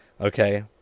okay